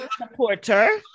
supporter